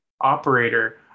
operator